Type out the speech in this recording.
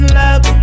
love